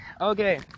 Okay